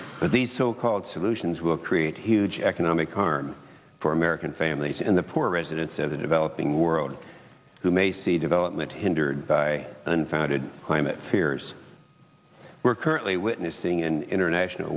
but the so called solutions will create huge economic harm for american families and the poor residents of the developing world who may see development hindered by unfounded climate fears we're currently witnessing an international